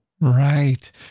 Right